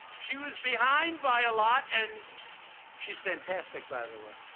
she was behind by a lot, and she is fantastic, by the way.